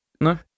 No